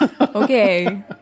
Okay